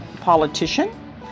politician